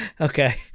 Okay